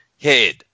head